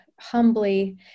humbly